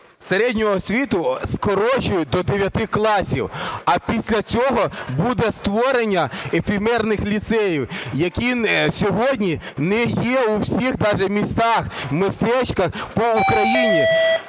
Середню освіту скорочують до дев'яти класів. А після цього буде створення ефемерних ліцеїв, які сьогодні не є у всіх даже містах, містечках по Україні.